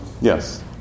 Yes